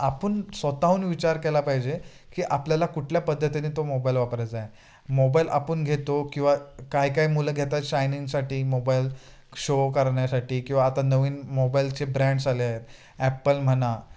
आपण स्वताहून विचार केला पाहिजे की आपल्याला कुठल्या पद्धतीने तो मोबाईल वापरायचाय मोबाईल आपण घेतो किंवा काय काय मुलं घेतात शायनिंगसाठी मोबाईल शो करण्यासाठी किंवा आता नवीन मोबाईलचे ब्रँड्स आले आहेत ॲप्पल म्हणा